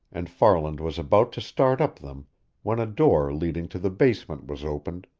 and farland was about to start up them when a door leading to the basement was opened,